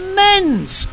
men's